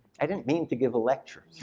i didn't mean to give a lecture.